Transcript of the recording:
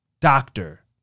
doctor